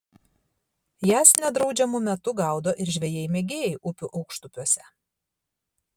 jas nedraudžiamu metu gaudo ir žvejai mėgėjai upių aukštupiuose